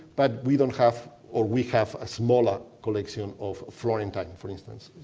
but we don't have, or we have a smaller collection of florentine, for instance,